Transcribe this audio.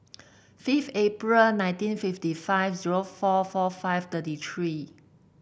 five April nineteen fifty five zero four four five thirty three